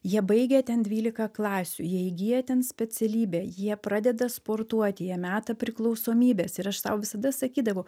jie baigia ten dvylika klasių jie įgyja ten specialybę jie pradeda sportuoti jie meta priklausomybes ir aš sau visada sakydavau